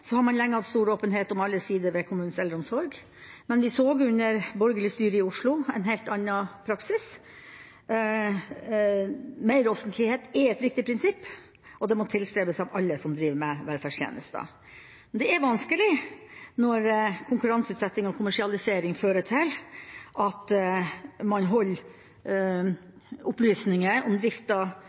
har man lenge hatt stor åpenhet om alle sider ved kommunens eldreomsorg, men man så under borgerlig styre i Oslo en helt annen praksis. Meroffentlighet er et viktig prinsipp, og det må tilstrebes av alle som driver med velferdstjenester. Det er vanskelig når konkurranseutsetting og kommersialisering fører til at man holder opplysninger om